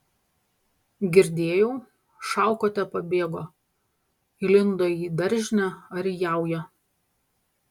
girdėjau šaukote pabėgo įlindo į daržinę ar į jaują